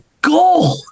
goal